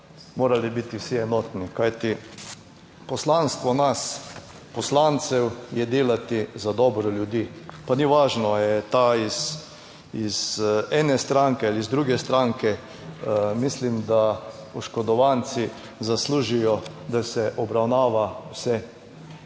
morali biti vsi enotni, kajti poslanstvo nas poslancev je delati za dobro ljudi, pa ni važno ali je ta iz ene stranke ali iz druge stranke, mislim, da oškodovanci zaslužijo, da se obravnava vse